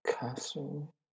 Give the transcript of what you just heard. Castle